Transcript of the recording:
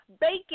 bacon